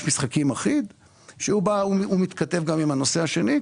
משחקים אחיד שהוא מתכתב גם עם הנושא השני.